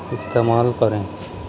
استعمال کریں